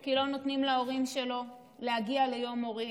כי לא נותנים להורים שלו להגיע ליום הורים.